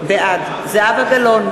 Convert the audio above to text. בעד זהבה גלאון,